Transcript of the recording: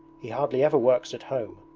he hardly ever works at home.